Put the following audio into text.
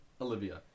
Olivia